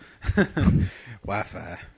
Wi-Fi